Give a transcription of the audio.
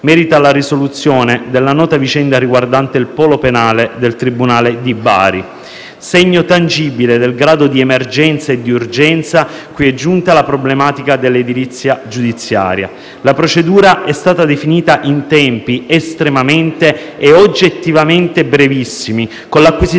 merita la risoluzione della nota vicenda riguardante il polo penale del tribunale di Bari, segno tangibile del grado di emergenza e di urgenza cui è giunta la problematica dell'edilizia giudiziaria. La procedura è stata definita in tempi estremamente e oggettivamente brevissimi *(Applausi